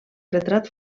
retrat